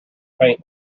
faint